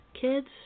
kids